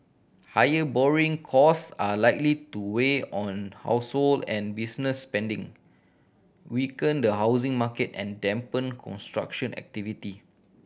higher borrowing cost are likely to weigh on household and business spending weaken the housing market and dampen construction activity